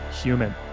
human